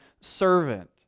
servant